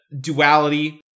duality